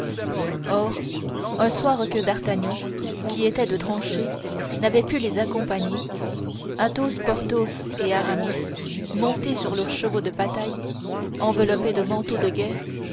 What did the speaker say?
or un soir que d'artagnan qui était de tranchée n'avait pu les accompagner athos porthos et aramis montés sur leurs chevaux de bataille enveloppés de manteaux de guerre